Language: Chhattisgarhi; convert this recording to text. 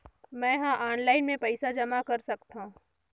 मैं ह ऑनलाइन भी पइसा जमा कर सकथौं?